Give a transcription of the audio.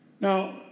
Now